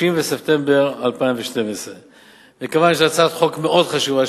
בספטמבר 2012. מכיוון שהצעת החוק מאוד חשובה,